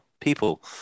people